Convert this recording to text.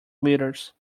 glitters